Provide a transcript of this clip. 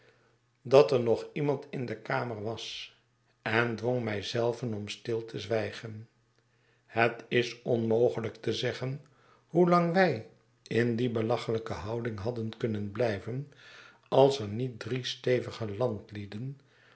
dat er nog iemand in de kamer was en dwong mij zelven om stil te zwijgen het is onmogelijk te zeggen hoelang wij in die belacheljjke houding hadden kunnen blijven als er niet drie stevige